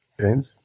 James